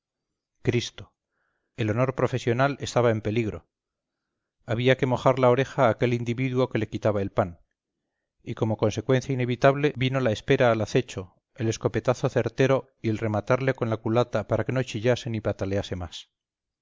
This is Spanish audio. cristo el honor profesional estaba en peligro había que mojar la oreja a aquel individuo que le quitaba el pan y como consecuencia inevitable vino la espera al acecho el escopetazo certero y el rematarle con la culata para que no chillase ni patalease más